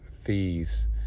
fees